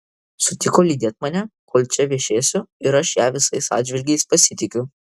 sutiko lydėt mane kol čia viešėsiu ir aš ja visais atžvilgiais pasitikiu